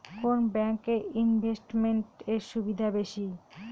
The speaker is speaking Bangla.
কোন ব্যাংক এ ইনভেস্টমেন্ট এর সুবিধা বেশি?